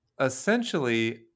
Essentially